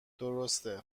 درسته